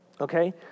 Okay